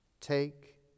take